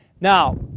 Now